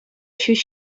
ҫӳҫ